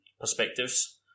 perspectives